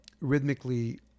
rhythmically